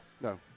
No